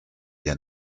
ihr